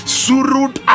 surut